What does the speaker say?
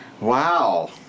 wow